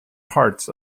parts